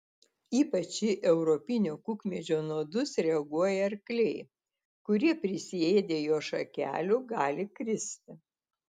ypač į europinio kukmedžio nuodus reaguoja arkliai kurie prisiėdę jo šakelių gali kristi